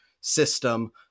system